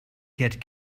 get